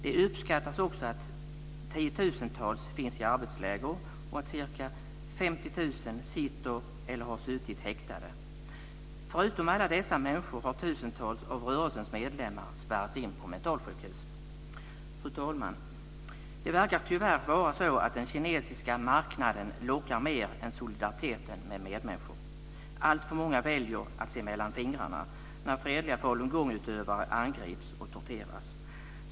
Det uppskattas också att tiotusentals finns i arbetsläger och att ca 50 000 sitter eller har suttit häktade. Förutom alla dessa människor har tusentals av rörelsens medlemmar spärrats in på mentalsjukhus. Fru talman! Det verkar tyvärr vara så att den kinesiska marknaden lockar mer än solidariteten med medmänniskor. Alltför många väljer att se mellan fingrarna när fredliga falungongutövare angrips och torteras.